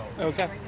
Okay